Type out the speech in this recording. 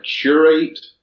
curate